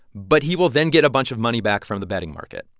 but he will then get a bunch of money back from the betting market.